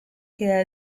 here